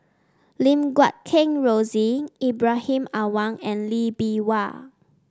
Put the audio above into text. Lim Guat Kheng Rosie Ibrahim Awang and Lee Bee Wah